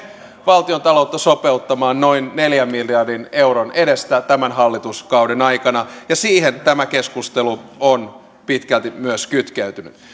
valtiontaloutta sopeuttamaan noin neljän miljardin euron edestä tämän hallituskauden aikana ja siihen tämä keskustelu on pitkälti myös kytkeytynyt